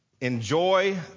Enjoy